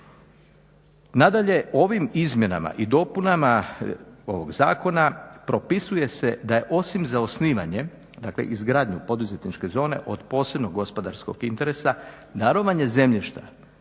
Nadalje, ovim izmjenama i dopunama ovog zakona propisuje se da je osim za osnivanje, dakle izgradnju poduzetničke zone od posebnog gospodarskog interesa darovanje zemljišta